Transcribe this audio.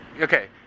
Okay